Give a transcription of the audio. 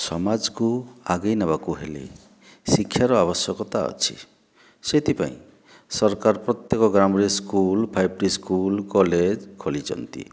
ସମାଜକୁ ଆଗେଇ ନେବାକୁ ହେଲେ ଶିକ୍ଷାର ଆବଶ୍ୟକତା ଅଛି ସେଥିପାଇଁ ସରକାର ପ୍ରତ୍ୟେକ ଗ୍ରାମରେ ସ୍କୁଲ୍ ଫାଇଭ୍ ଟି ସ୍କୁଲ୍ କଲେଜ ଖୋଲିଛନ୍ତି